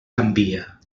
canvia